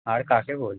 আর কাকে বলবো